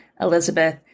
Elizabeth